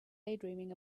daydreaming